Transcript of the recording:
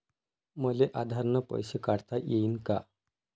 मले आधार न पैसे काढता येईन का?